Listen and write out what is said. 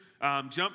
jump